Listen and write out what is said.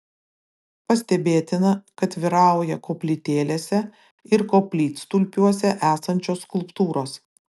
pastebėtina kad vyrauja koplytėlėse ir koplytstulpiuose esančios skulptūros